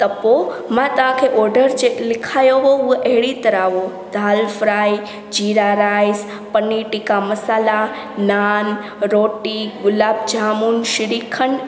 पोइ मां तव्हांखे ऑडरु चेक लिखायो उहो अहिड़ी तरह हो दाल फ्राई जीरा राइस पनीर टिका मसाल्हा नान रोटी गुलाब जामून श्रीखंड